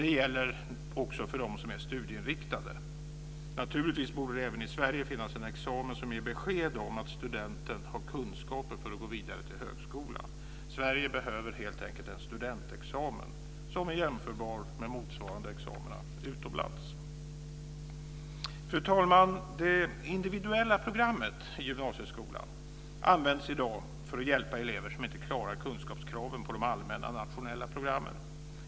Det gäller också för dem som är studieinriktade. Naturligtvis borde det även i Sverige finnas en examen som ger besked om att studenten har kunskaper för att gå vidare till högskolan. Sverige behöver helt enkelt en studentexamen som är jämförbar med motsvarande examina utomlands. Fru talman! Det individuella programmet i gymnasieskolan används i dag för att hjälpa elever som inte klarar kunskapskraven på de allmänna nationella programmen.